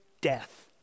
death